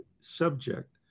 subject